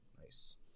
Nice